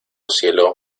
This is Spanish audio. cielo